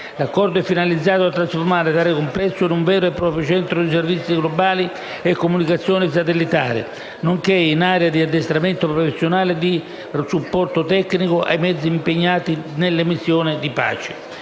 L'Accordo è finalizzato a trasformare tale complesso in un vero e proprio centro di servizi globali e comunicazioni satellitari, nonché in area di addestramento professionale e di supporto tecnico ai mezzi impegnati nelle missioni di pace.